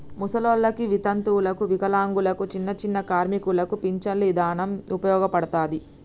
ముసలోల్లకి, వితంతువులకు, వికలాంగులకు, చిన్నచిన్న కార్మికులకు పించను ఇదానం ఉపయోగపడతది